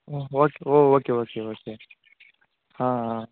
oh okay okay okay